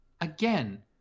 again